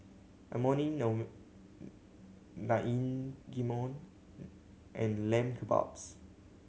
Imoni Naengmyeon and Lamb Kebabs